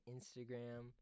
Instagram